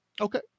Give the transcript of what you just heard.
Okay